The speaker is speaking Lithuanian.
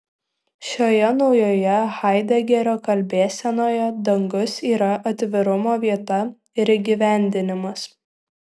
šioje naujoje haidegerio kalbėsenoje dangus yra atvirumo vieta ir įgyvendinimas